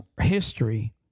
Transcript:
history